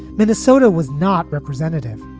minnesota was not representative,